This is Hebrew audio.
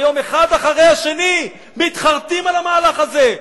והיום אחד אחרי השני מתחרטים על המהלך הזה.